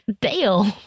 Dale